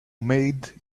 made